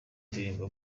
ndirimbo